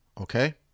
okay